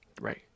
Right